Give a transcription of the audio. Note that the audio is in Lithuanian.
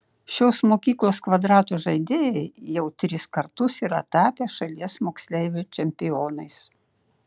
šios mokyklos kvadrato žaidėjai jau tris kartus yra tapę šalies moksleivių čempionais